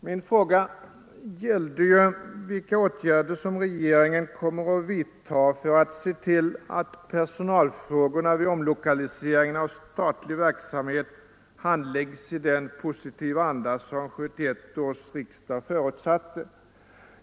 Min fråga gällde vilka åtgärder regeringen kommer att vidta för att se till att personalfrågorna vid omlokaliseringen av statlig verksamhet handläggs i den positiva anda som 1971 års riksdag förutsatte.